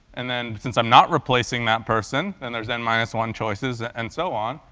and then since i'm not replacing that person and there's n minus one choices and so on,